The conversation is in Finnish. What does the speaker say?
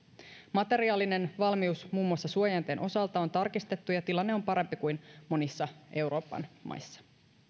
materiaalinen valmius muun muassa suojainten osalta on tarkistettu ja tilanne on parempi kuin monissa euroopan maissa